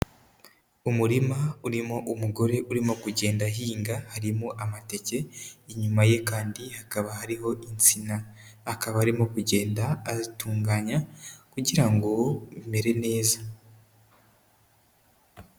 Umurima urimo umugore urimo kugenda ahinga, harimo amateke, inyuma ye kandi hakaba hariho insina, akaba arimo kugenda ahatunganya kugira ngo hamere neza.